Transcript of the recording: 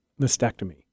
mastectomy